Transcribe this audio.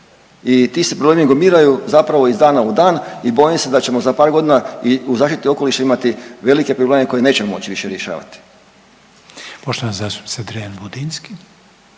i ti se problemi gomilaju zapravo iz dana u dan i bojim se da ćemo za par godina i u zaštiti okoliša imati velike probleme koje nećemo moći više rješavati. **Reiner, Željko